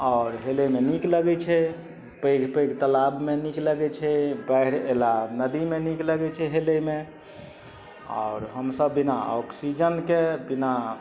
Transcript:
आओर हेलयमे नीक लगय छै पैघ पैघ तालाबमे नीक लगय छै बाढ़ि अयला नदीमे नीक लगय छै हेलयमे आओर हमसब बिना ऑक्सीजनके बिना